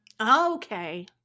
okay